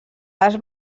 les